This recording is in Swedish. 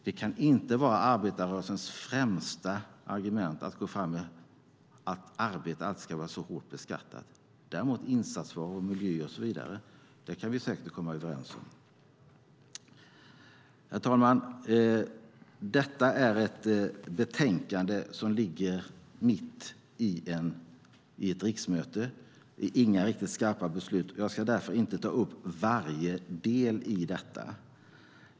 Det kan inte vara arbetarrörelsens främsta argument att gå fram med att arbete alltid ska vara så hårt beskattat. Däremot insatsvaror, miljö och så vidare kan vi säkert komma överens om. Herr talman! Detta är ett betänkande som ligger mitt under ett riksmöte. Det är inga riktigt skarpa beslut. Jag ska därför inte ta upp varje del i detta.